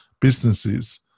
businesses